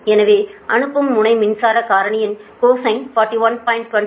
எனவே அனுப்பும் முனை மின்சார காரணியின் கொசின் 41